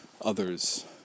others